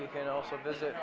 you can also visit